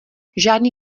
žádný